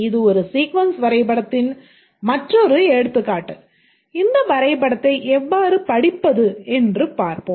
இது ஒரு சீக்வென்ஸ் வரைபடத்தின் மற்றொரு எடுத்துக்காட்டு இந்த வரைபடத்தை எவ்வாறு படிப்பது என்று பார்ப்போம்